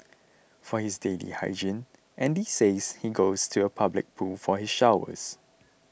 for his daily hygiene Andy says he goes to a public pool for his showers